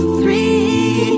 three